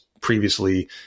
previously